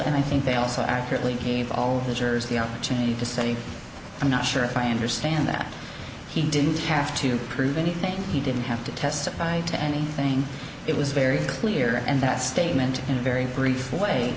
and i think they also accurately gave all of the jurors the opportunity to say i'm not sure if i understand that he didn't have to prove anything he didn't have to testify to anything it was very clear and that statement in a very brief way